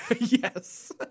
Yes